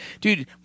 Dude